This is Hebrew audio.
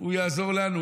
הוא יעזור לנו.